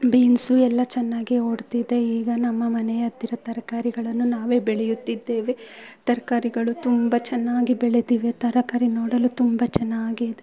beans ಎಲ್ಲ ಚೆನ್ನಾಗಿ ಓಡ್ತಿದೆ ಈಗ ನಮ್ಮ ಮನೆಯ ಹತ್ತಿರ ತರಕಾರಿಗಳನ್ನು ನಾವೇ ಬೆಳೆಯುತ್ತಿದ್ದೇವೆ ತರಕಾರಿಗಳು ತುಂಬ ಚೆನ್ನಾಗಿ ಬೆಳೆದಿವೆ ತರಕಾರಿ ನೋಡಲು ತುಂಬ ಚೆನ್ನಾಗಿದೆ